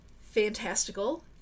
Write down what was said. fantastical